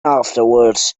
afterwards